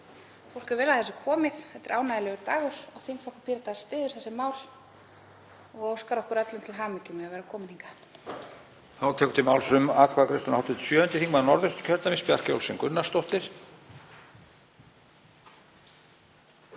Fólk er vel að þessu komið. Þetta er ánægjulegur dagur. Þingflokkur Pírata styður þessi mál og óskar okkur öllum til hamingju með að vera komin hingað.